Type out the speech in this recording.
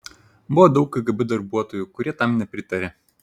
buvo daug kgb darbuotojų kurie tam nepritarė